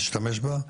נשתמש בה.